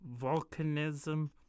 volcanism